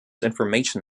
information